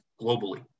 globally